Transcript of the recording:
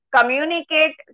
communicate